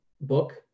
book